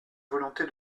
volonté